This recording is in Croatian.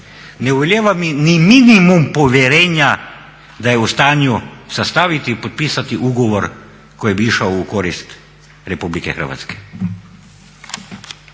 ne ulijeva mi ni minimum povjerenja da je u stanju sastaviti i potpisati ugovor koji bi išao u korist RH.